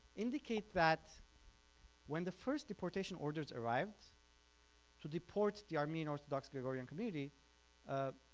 indicate that when the first deportation orders arrived to deport the armenian orthodox grigorian community ah